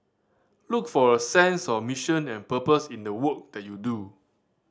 look for a sense of mission and purpose in the work that you do